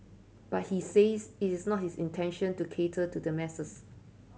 but he says it is not his intention to cater to the masses